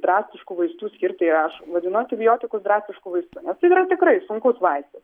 drastiškų vaistų skirt tai aš vadinu antibiotikus drastišku vaistu nes tai yra tikrai sunkus vaistas